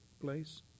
place